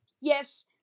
Yes